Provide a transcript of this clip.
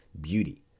beauty